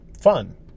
fun